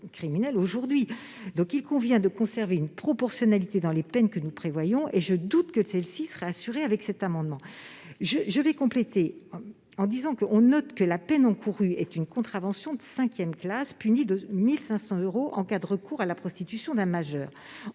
Il convient donc de conserver une proportionnalité dans les peines que nous prévoyons et je doute que celle-ci serait assurée avec l'adoption de cet amendement. En outre, on note que la peine encourue est une contravention de cinquième classe punie de 1 500 euros en cas de recours à la prostitution d'un majeur.